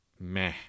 meh